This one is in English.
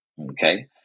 okay